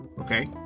okay